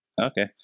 Okay